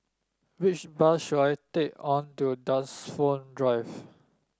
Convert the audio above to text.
which bus should I take to Dunsfold Drive